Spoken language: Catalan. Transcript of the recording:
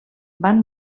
van